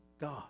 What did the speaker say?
God